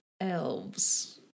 Elves